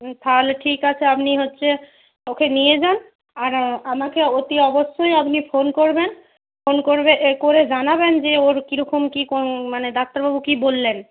হুঁ তাহলে ঠিক আছে আপনি হচ্ছে ওকে নিয়ে যান আর আমাকে অতি অবশ্যই আপনি ফোন করবেন ফোন করবে করে জানাবেন যে ওর কীরকম কী মানে ডাক্তারবাবু কী বললেন